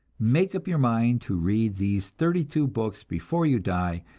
make up your mind to read these thirty-two books before you die,